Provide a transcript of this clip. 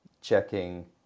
checking